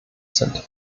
sind